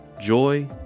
joy